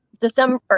December